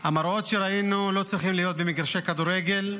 המראות שראינו לא צריכים להיות במגרשי כדורגל בכלל,